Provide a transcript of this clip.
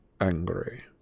angry